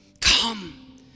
come